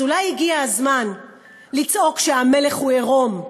אז אולי הגיע הזמן לצעוק שהמלך הוא עירום,